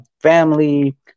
family